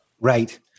Right